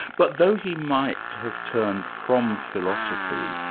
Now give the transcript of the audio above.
but though he might have turned from philosophy,